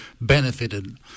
benefited